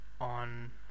on